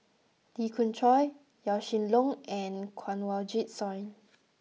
Lee Khoon Choy Yaw Shin Leong and Kanwaljit Soin